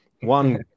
one